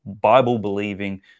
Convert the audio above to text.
Bible-believing